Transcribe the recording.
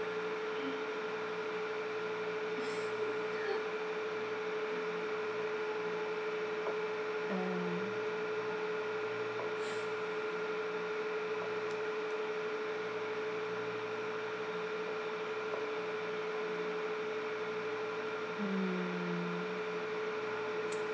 um mm